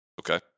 Okay